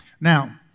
Now